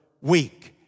weak